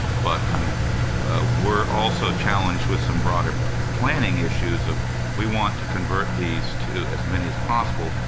but um we're also challenged with some broader planning issues of we want to convert these to as many as possible,